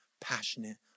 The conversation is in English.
passionate